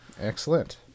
Excellent